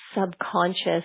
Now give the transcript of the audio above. subconscious